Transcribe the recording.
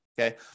Okay